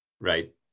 right